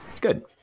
Good